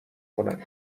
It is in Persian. کنند